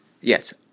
Yes